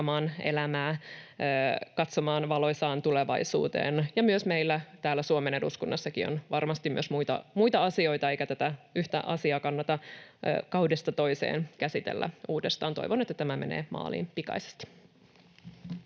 katsomaan valoisaan tulevaisuuteen. Myös meillä täällä Suomen eduskunnassakin on varmasti myös muita asioita, eikä tätä yhtä asiaa kannata kaudesta toiseen käsitellä uudestaan. Toivon, että tämä menee maaliin pikaisesti.